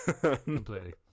Completely